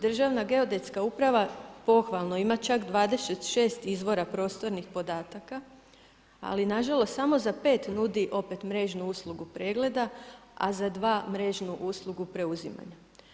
Državna geodetska uprava pohvalno ima čak 26 izvora prostornih podataka, ali nažalost samo za pet nudi opet mrežnu uslugu pregleda, a za dva mrežnu uslugu preuzimanja.